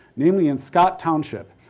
namely in scott township,